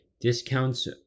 discounts